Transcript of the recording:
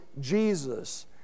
Jesus